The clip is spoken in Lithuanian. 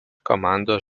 komandos